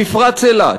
במפרץ אילת,